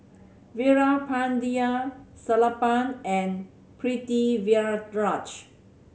Veerapandiya Sellapan and Pritiviraj